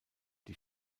die